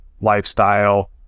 lifestyle